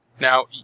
Now